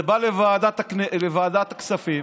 זה בא לוועדת הכספים